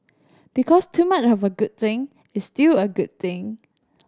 because too much have a good thing is still a good thing